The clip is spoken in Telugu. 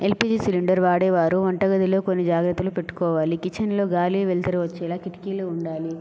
ఎల్పిజి సిలిండర్ వాడే వారు వంటగదిలో కొన్ని జాగ్రత్తలు పెట్టుకోవాలి కిచెన్ లో గాలి వెలుతురు వచ్చేలా కిటికీలు ఉండాలి